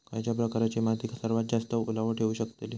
खयच्या प्रकारची माती सर्वात जास्त ओलावा ठेवू शकतली?